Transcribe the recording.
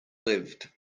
lived